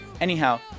Anyhow